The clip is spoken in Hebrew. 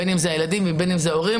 בין אם זה הילדים ובין אם זה ההורים.